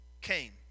came